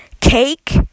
cake